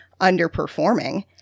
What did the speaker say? underperforming